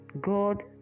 God